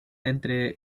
entre